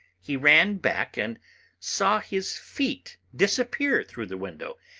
he ran back and saw his feet disappear through the window,